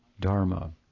dharma